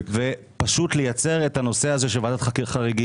ופשוט לייצר את הנושא הזה של ועדת חריגים.